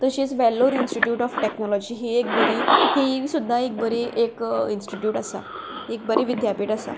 तशीच Vellore Institute of Technology ही एक बरी ही सुद्दां एक बरी एक इंस्टीट्यूट आसा एक बरी विद्यापीठ आसा